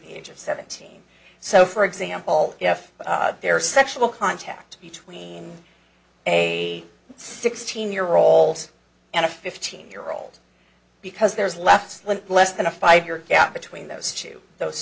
the age of seventeen so for example if there are sexual contact between a sixteen year old and a fifteen year old because there's left less than a five year gap between those